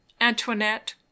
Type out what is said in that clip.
Antoinette